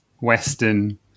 western